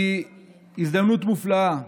זו הזדמנות מופלאה,